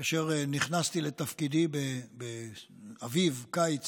כאשר נכנסתי לתפקידי כשר חקלאות באביב-קיץ